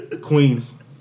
queens